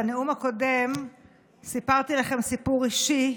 בנאום הקודם סיפרתי לכם סיפור אישי,